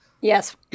Yes